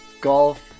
golf